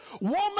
woman